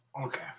Okay